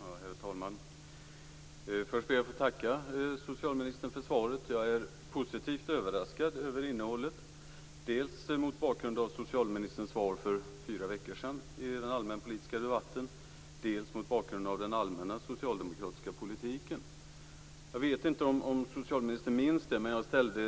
Herr talman! Först ber jag att få tacka socialministern för svaret. Jag är positivt överraskad över innehållet dels mot bakgrund av socialministerns svar för fyra veckor sedan i den allmänpolitiska debatten, dels mot bakgrund av den allmänna socialdemokratiska politiken. Jag vet inte om socialministern minns det men jag ställde